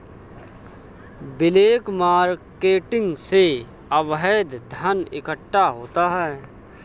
black marketing से अवैध धन इकट्ठा होता है